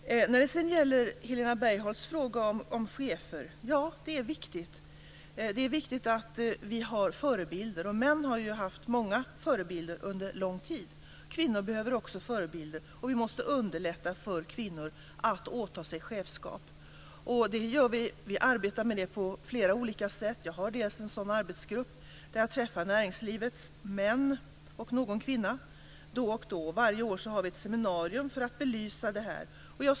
Helena Bargholtz talar om chefer. Det är viktigt att vi har förebilder. Män har ju haft många förebilder under lång tid. Kvinnor behöver också förebilder. Vi måste underlätta för kvinnor att åta sig chefskap. Vi arbetar med det på flera olika sätt. Jag har en sådan arbetsgrupp där jag träffar näringslivets män och någon kvinna då och då. Varje år har vi ett seminarium för att belysa detta.